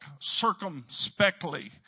circumspectly